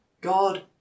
God